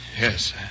Yes